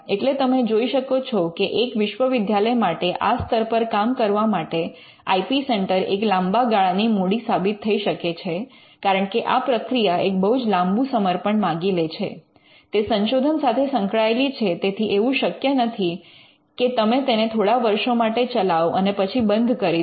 એટલે તમે જોઈ શકો છો કે એક વિશ્વવિદ્યાલય માટે આ સ્તર પર કામ કરવા માટે આઇ પી સેન્ટર એક લાંબા ગાળાની મૂડી સાબિત થઈ શકે છે કારણ કે આ પ્રક્રિયા એક બહુ જ લાંબુ સમર્પણ માગી લે છે તે સંશોધન સાથે સંકળાયેલી છે તેથી એવું શક્ય નથી કે તમે તેને થોડા વર્ષો માટે ચલાવો અને પછી બંધ કરી દો